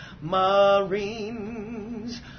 Marines